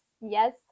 yes